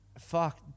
fuck